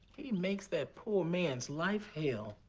he makes that poor man's life hell.